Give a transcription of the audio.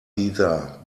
either